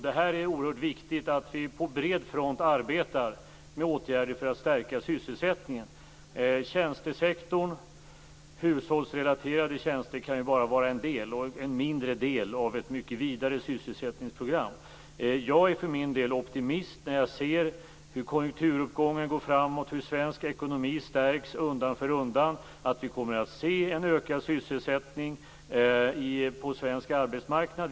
Det är oerhört viktigt att vi på bred front arbetar med åtgärder för att stärka sysselsättningen. Tjänstesektorn, hushållsrelaterade tjänster kan vara en mindre del av ett mycket vidare sysselsättningsprogram. Jag är för min del optimist när jag ser hur konjunkturuppgången går framåt, hur svensk ekonomi stärks undan för undan. Vi kommer att se en ökad sysselsättning på svensk arbetsmarknad.